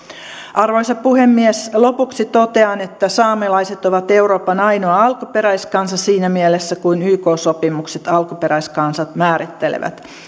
arvoisa puhemies lopuksi totean että saamelaiset ovat euroopan ainoa alkuperäiskansa siinä mielessä kuin yk sopimukset alkuperäiskansat määrittelevät